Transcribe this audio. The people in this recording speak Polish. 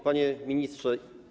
Panie Ministrze!